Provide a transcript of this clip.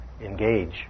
engage